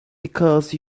because